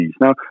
now